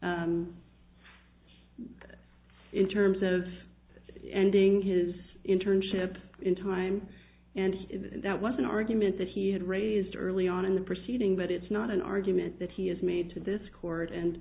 in terms of ending his internship in time and that was an argument that he had raised early on in the proceeding but it's not an argument that he has made to this court